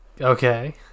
okay